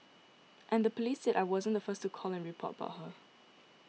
and the police said that I wasn't the first to call and report about her